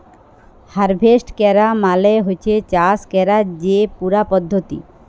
harvest ক্যরা মালে হছে চাষ ক্যরার যে পুরা পদ্ধতি